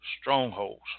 strongholds